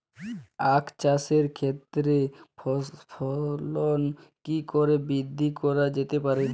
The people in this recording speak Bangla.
আক চাষের ক্ষেত্রে ফলন কি করে বৃদ্ধি করা যেতে পারে?